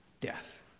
death